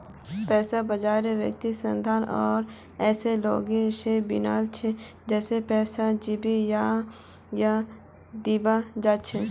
पैसा बाजार वित्तीय संस्थानों आर ऐसा लोग स बनिल छ जेको पैसा लीबा या दीबा चाह छ